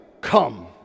Come